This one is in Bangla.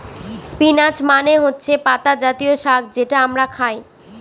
স্পিনাচ মানে হচ্ছে পাতা জাতীয় শাক যেটা আমরা খায়